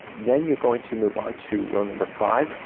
then you're going to move on to row number five.